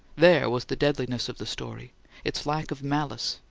there was the deadliness of the story its lack of malice,